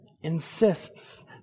insists